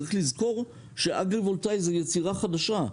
צריך לזכור שאגרי-וולטאי זה יצירה חדשה.